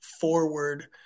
forward